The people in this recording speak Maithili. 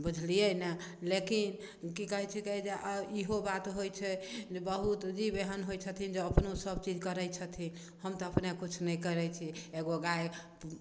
बुझलियै ने लेकिन की कहै छीकै जे इहो बात होइ छै जे बहुत जीब एहन होइ छथिन जे अपनो सब चीज करै छथिन हम तऽ अपने किछु नहि करै छी एगो गाय